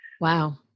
Wow